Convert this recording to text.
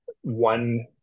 one